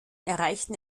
erreichten